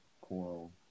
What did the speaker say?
coral